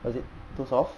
or is it too soft